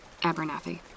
Abernathy